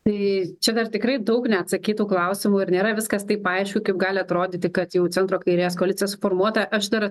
tai čia dar tikrai daug neatsakytų klausimų ir nėra viskas taip aišku kaip gali atrodyti kad jau centro kairės koalicija suformuota aš dar